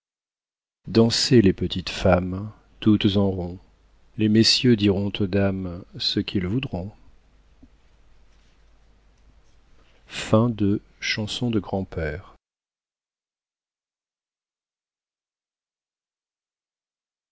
dansez les petites femmes toutes en rond les messieurs diront aux dames ce qu'ils voudront